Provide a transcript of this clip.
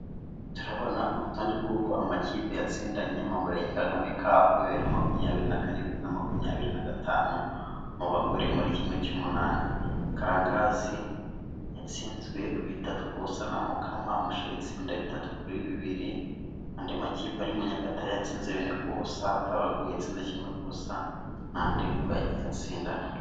Turabona urutonde rw'uko amakipe yatsindanye mu murenge kagame cup 2024-2025 mu bagore muri kimwe cy'umunani. Karangagazi yatsinzwe bitatu ku busa na mukama, mushi itsinda bitatu kuri bibiri, andi makipe arimo nyagatare yatsinze bine ku busa, tabagwe yatsinze kimwe ku busa n'andi uko yagiye atsindana.